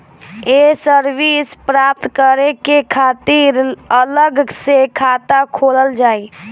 ये सर्विस प्राप्त करे के खातिर अलग से खाता खोलल जाइ?